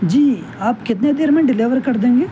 جی آپ کتنے دیر میں ڈیلیور کر دیں گے